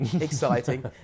exciting